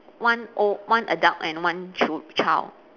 one oh one adult and one chi~ child